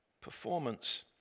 performance